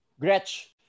Gretch